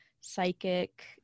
psychic